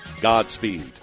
Godspeed